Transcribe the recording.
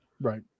right